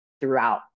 throughout